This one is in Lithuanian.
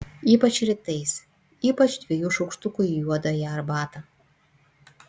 ypač rytais ypač dviejų šaukštukų į juodąją arbatą